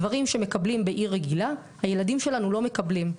דברים שמקבלים בעיר רגילה הילדים שלנו לא מקבלים,